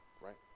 right